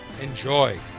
enjoy